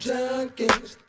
Junkies